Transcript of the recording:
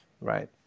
right